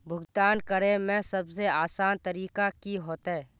भुगतान करे में सबसे आसान तरीका की होते?